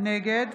נגד